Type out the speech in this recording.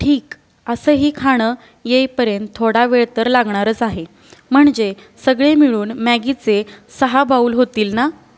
ठीक असंही खाणं येईपर्यंत थोडा वेळ तर लागणारच आहे म्हणजे सगळे मिळून मॅगीचे सहा बाउल होतील ना